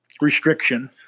restriction